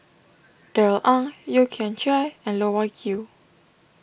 Darrell Ang Yeo Kian Chai and Loh Wai Kiew